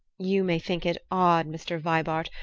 you may think it odd, mr. vibart,